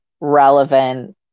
relevant